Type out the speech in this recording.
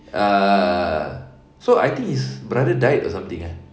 err so I think his brother died or something eh